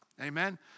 amen